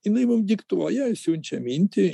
jinai mum diktuoja siunčia mintį